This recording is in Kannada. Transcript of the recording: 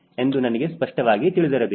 ಎಂದು ನನಗೆ ಸ್ಪಷ್ಟವಾಗಿ ತಿಳಿದಿರಬೇಕು